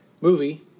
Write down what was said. movie